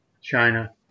China